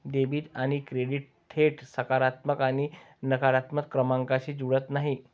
debit आणि credit थेट सकारात्मक आणि नकारात्मक क्रमांकांशी जुळत नाहीत